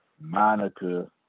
Monica